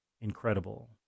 incredible